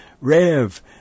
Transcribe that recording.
Rev